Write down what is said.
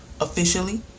officially